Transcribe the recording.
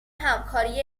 همکاری